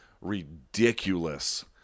ridiculous